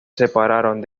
separaron